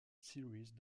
series